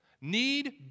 Need